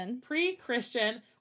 pre-Christian